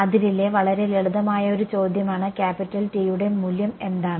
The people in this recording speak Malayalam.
അതിരിലെ വളരെ ലളിതമായ ഒരു ചോദ്യമാണ് ക്യാപിറ്റൽ T യുടെ മൂല്യം എന്താണ്